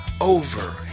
over